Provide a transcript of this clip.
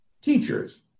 Teachers